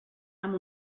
amb